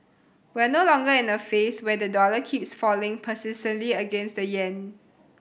we're no longer in a phase where the dollar keeps falling persistently against the yen